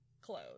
clothes